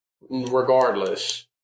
regardless